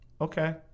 Okay